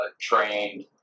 trained